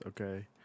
okay